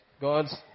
God's